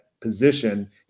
position